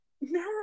no